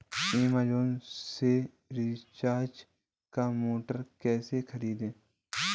Amazon से सिंचाई का मोटर कैसे खरीदें?